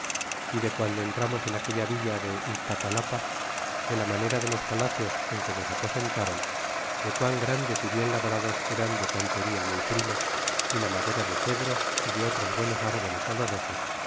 y de guando entramos en aquella villa de iztapalapa de la manera de los palacios en que nos aposent a ron de quán grandes y bien labrados eran de cantería muy prima y la madera de cedros y de otros buenos árboles olorosos